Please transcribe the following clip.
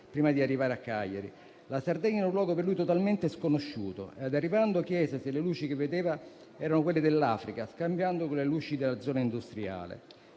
prima di arrivare a Cagliari. La Sardegna era un luogo per lui totalmente sconosciuto. Arrivando, chiese se le luci che vedeva erano quelle dell'Africa, scambiandole con le luci della zona industriale.